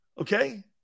Okay